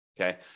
okay